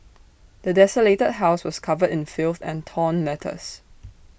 the desolated house was covered in filth and torn letters